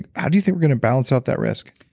ah how do you think we're going to balance out that risk?